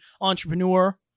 entrepreneur